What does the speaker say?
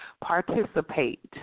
participate